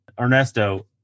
Ernesto